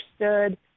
understood